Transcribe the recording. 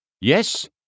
Yes